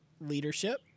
leadership